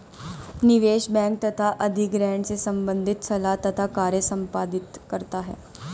निवेश बैंक तथा अधिग्रहण से संबंधित सलाह तथा कार्य संपादित करता है